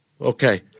Okay